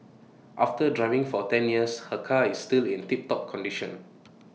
after driving for ten years her car is still in tiptop condition